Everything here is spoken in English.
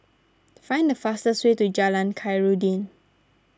find the fastest way to Jalan Khairuddin